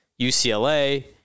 UCLA